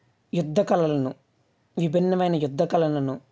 యుద్ధ కళలను విభిన్నమైన యుద్ధ కళలను